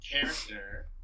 character